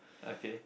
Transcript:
okay